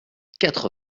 quatre